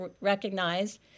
recognized